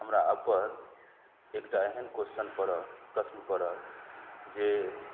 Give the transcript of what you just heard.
हमरा उपर एकटा एहन क्वेश्चन प्रश्न पड़ल जे